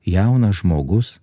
jaunas žmogus